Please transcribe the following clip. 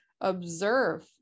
observe